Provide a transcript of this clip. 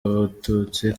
b’abatutsi